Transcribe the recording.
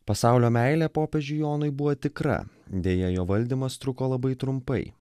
pasaulio meilė popiežiui jonui buvo tikra deja jo valdymas truko labai trumpai